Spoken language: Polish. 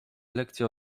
lekcje